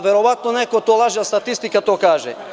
Verovatno to neko laže a statistika to kaže.